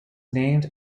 named